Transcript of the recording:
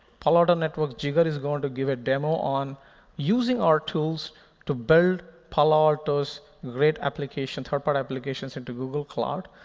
palo alto network's jigar is going to give a demo on using our tools to build palo alto's great application, third party applications into google cloud.